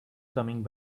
coming